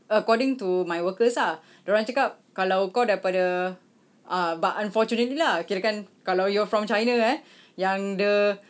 according to my workers ah dia orang cakap kalau kau daripada ah but unfortunately lah kirakan kalau you're from china eh yang the